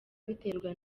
biterwa